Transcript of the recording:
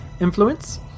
influence